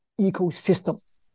ecosystem